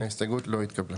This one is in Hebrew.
0 ההסתייגות לא התקבלה.